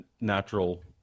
natural